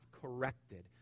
corrected